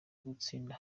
gutsinda